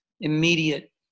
immediate